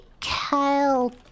Kyle